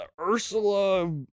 Ursula